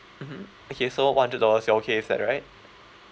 mmhmm okay so one hundred dollars you are okay with that right